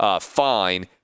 fine